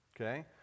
Okay